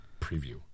preview